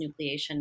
nucleation